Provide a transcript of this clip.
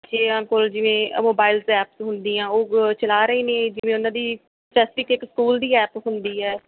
ਬੱਚਿਆਂ ਕੋਲ ਜਿਵੇਂ ਉਹ ਮੋਬਾਈਲ ਐਪਸ ਹੁੰਦੀਆਂ ਉਹ ਚਲਾ ਰਹੇ ਨੇ ਜਿਵੇਂ ਉਹਨਾਂ ਦੀ ਸੈਸਫਿਕ ਇੱਕ ਸਕੂਲ ਦੀ ਐਪ ਹੁੰਦੀ ਹੈ